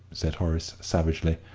said horace, savagely,